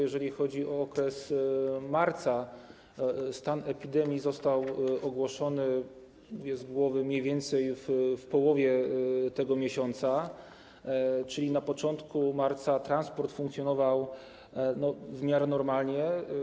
Jeżeli chodzi o marzec, stan epidemii został ogłoszony, mówię z głowy, mniej więcej w połowie tego miesiąca, czyli na początku marca transport funkcjonował w miarę normalnie.